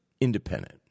independent